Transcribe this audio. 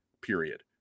Period